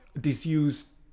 disused